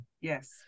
Yes